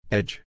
Edge